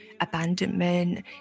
abandonment